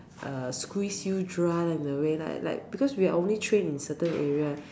uh squeeze you dry in a way like like because we're only trained in a certain area